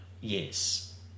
Yes